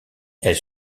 elle